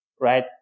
right